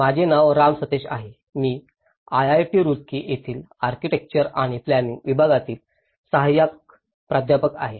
माझे नाव राम सतेश आहे मी IIT रुर्की येथील आर्किटेक्चर आणि प्लॅनिंग विभागातील सहाय्यक प्राध्यापक आहे